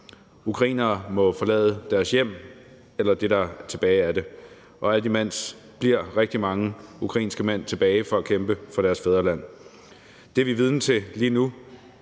Ukrainere må forlade deres hjem – eller det, der er tilbage af det – og alt imens bliver rigtig mange ukrainske mænd tilbage for at kæmpe for deres fædreland. Det, vi er vidner til lige nu,